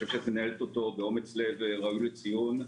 חושב שאת מנהלת אותו באומץ לב ראוי לציון.